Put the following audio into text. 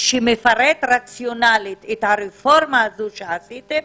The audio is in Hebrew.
שמפרט רציונלית את הרפורמה הזו שעשיתם,